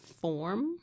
form